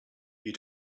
you